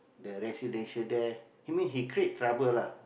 the residential there he mean he create trouble lah